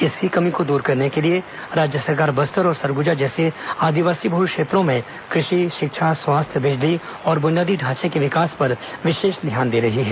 इसी कमी को दूर करने के लिए राज्य सरकार बस्तर और सरगुजा जैसे आदिवासी बहुल क्षेत्रों में कृषि शिक्षा स्वास्थ्य बिजली और बुनियादी ढांचे के विकास पर विशेष ध्यान दे रही है